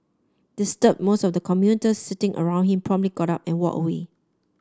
disturbed most of the commuters sitting around him promptly got up and walked away